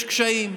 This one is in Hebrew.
יש קשיים,